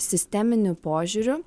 sisteminiu požiūriu